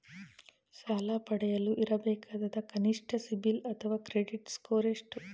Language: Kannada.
ಸಾಲ ಪಡೆಯಲು ಇರಬೇಕಾದ ಕನಿಷ್ಠ ಸಿಬಿಲ್ ಅಥವಾ ಕ್ರೆಡಿಟ್ ಸ್ಕೋರ್ ಎಷ್ಟು?